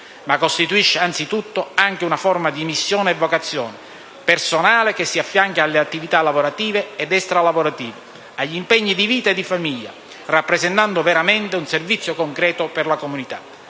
ma costituisce anzitutto una forma di missione e vocazione personale che si affianca alle attività lavorative ed extralavorative e agli impegni di vita e di famiglia, rappresentando veramente un servizio concreto per la comunità.